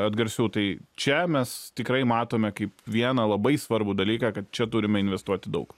atgarsių tai čia mes tikrai matome kaip vieną labai svarbų dalyką kad čia turime investuoti daug